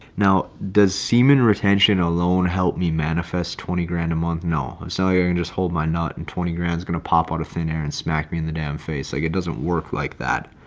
now, does semen retention alone help me manifest twenty grand a month? no. so you can and just hold my knot and twenty grands going to pop out of thin air and smack me in the damn face. like it doesn't work like that.